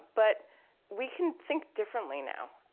but we can think differently now.